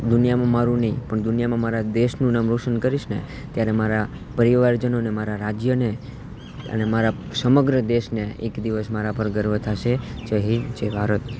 દુનિયામાં મારું નહીં પણ દુનિયામાં મારા દેશનું નામ રોશન કરીશ ને ત્યારે મારા પરિવારજનોને મારા રાજ્યને અને મારા સમગ્ર દેશને એક દિવસ મારા પર ગર્વ થશે જય હિન્દ જય ભારત